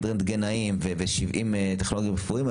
למשל 100 רנטגנאים ו-70 טכנולוגים רפואיים,